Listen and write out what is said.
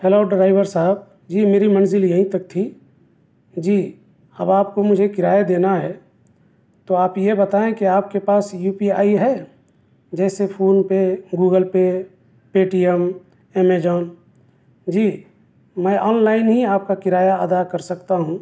hello driver صاحب جی میری منزل یہیں تک تھی جی اب آپ کو مجھے کرایہ دینا ہے تو آپ یہ بتائیں کہ آپ کے پاس یو پی آئی ہے جیسے PhonePe Google Pay Paytm Amazon جی میں آن لائن ہی آپ کا کرایہ ادا کر سکتا ہوں